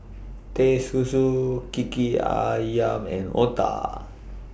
Teh Susu Kiki Ayam and Otah